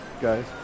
guys